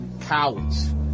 Cowards